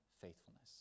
faithfulness